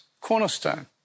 cornerstone